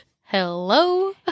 Hello